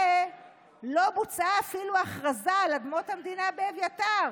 לא בוצעה אפילו הכרזה על אדמות המדינה באביתר?